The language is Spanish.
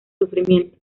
sufrimiento